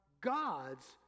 gods